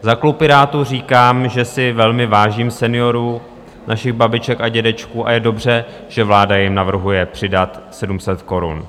Za klub Pirátů říkám, že si velmi vážím seniorů, našich babiček a dědečků, a je dobře, že vláda jim navrhuje přidat 700 korun.